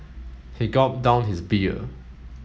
he gulped down his beer